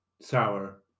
sour